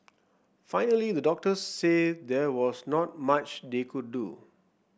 finally the doctors said there was not much they could do